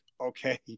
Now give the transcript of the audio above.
okay